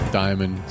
diamond